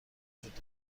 وجود